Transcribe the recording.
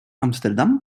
amsterdam